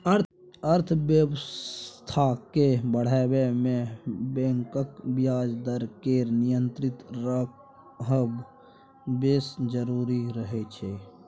अर्थबेबस्था केँ बढ़य मे बैंकक ब्याज दर केर नियंत्रित रहब बेस जरुरी रहय छै